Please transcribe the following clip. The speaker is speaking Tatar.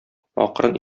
акрын